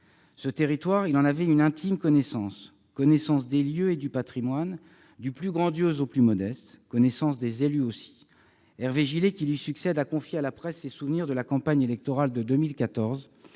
Son territoire, il en avait une intime connaissance, connaissance des lieux, du patrimoine- du plus grandiose au plus modeste -, des élus aussi. Hervé Gillé, qui lui succède, a confié à la presse ses souvenirs de la campagne électorale de 2014,